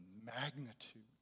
magnitude